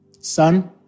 Son